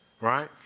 right